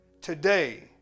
today